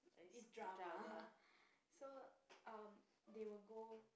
it's drama so uh they will go